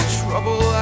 trouble